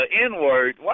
N-word